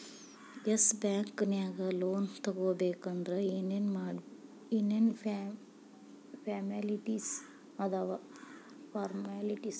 S Bank ನ್ಯಾಗ್ loan ತಗೊಬೇಕಂದ್ರ ಏನೇನ್ ಫಾರ್ಮ್ಯಾಲಿಟಿಸ್ ಅದಾವ?